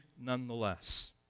nonetheless